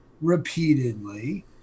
repeatedly